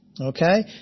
okay